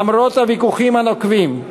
למרות הוויכוחים הנוקבים,